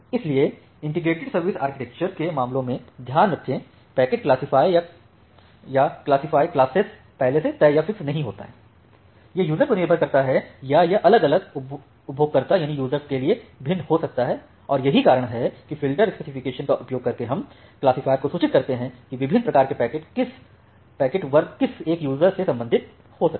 इसलिए integrated service architecture के मामले में ध्यान रखें पैकेट क्लासिफाय या क्लासिफाय क्लासेस पहले से तय या फ़िक्स नहीं होता हैं यह यूज़र पर निर्भर करता है या यह अलग अलग उपयोगकर्तायूज़र के लिए भिन्न हो सकता हैऔर यही कारण है फ़िल्टर स्पेसिफिकेशन का उपयोग करके हम क्लासिफ़ायर को सूचित करते हैं कि विभिन्न प्रकार के पैकेट वर्ग किसी एक ही यूज़र से संबंधित हो सकते हैं